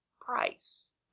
price